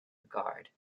regard